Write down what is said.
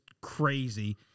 crazy